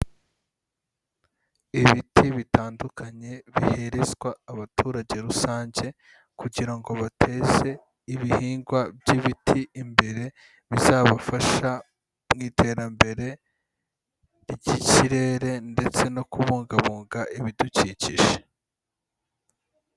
Ibiti bitandukanye biherezwa abaturage rusange kugira ngo bateze ibihingwa by'ibiti imbere, bizabafasha mu iterambere ry'ikirere ndetse no kubungabunga ibidukikije.